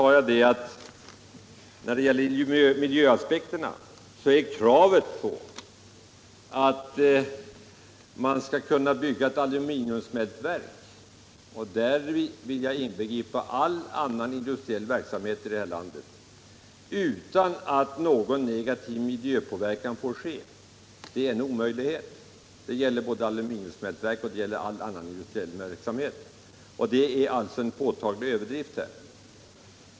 Däremot sade jag när det gäller miljöaspekterna att det är omöjligt att uppfylla kravet att man skall bygga ett aluminiumsmältverk — och därmed likställer jag all annan industriell verksamhet — utan att någon negativ miljöpåverkan uppstår. Kravet är alltså en påtaglig överdrift.